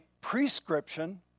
prescription